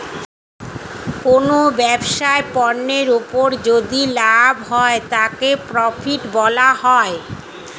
কোনো ব্যবসায় পণ্যের উপর যদি লাভ হয় তাকে প্রফিট বলা হয়